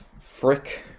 frick